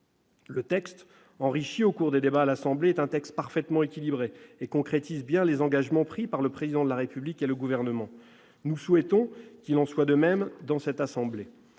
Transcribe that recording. Le texte, enrichi au cours des débats à l'Assemblée nationale, est parfaitement équilibré ; il concrétise bien les engagements pris par le Président de la République et le Gouvernement. Nous souhaitons que notre assemblée